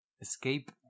escape